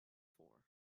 for